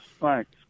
thanks